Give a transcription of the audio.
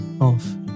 off